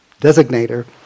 designator